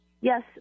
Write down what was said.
Yes